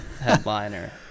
Headliner